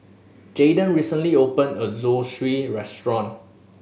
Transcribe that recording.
Jadon recently open a new Zosui Restaurant